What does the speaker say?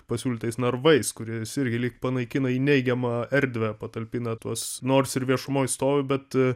pasiūlytais narvais kuriais irgi lyg panaikina į neigiamą erdvę patalpina tuos nors ir viešumoje stovi bet